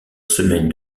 semaine